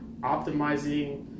optimizing